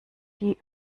die